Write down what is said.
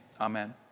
Amen